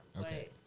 Okay